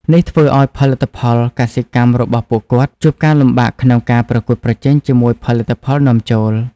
នេះធ្វើឱ្យផលិតផលកសិកម្មរបស់ពួកគាត់ជួបការលំបាកក្នុងការប្រកួតប្រជែងជាមួយផលិតផលនាំចូល។